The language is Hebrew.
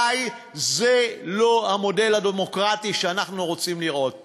די, זה לא המודל הדמוקרטי שאנחנו רוצים לראות פה.